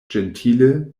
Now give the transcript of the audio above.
ĝentile